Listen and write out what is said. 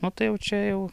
nu tai jau čia jau